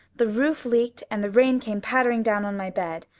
the roof leaked and the rain came pattering down on my bed.